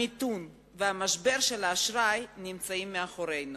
המיתון ומשבר האשראי, נמצאות מאחורינו.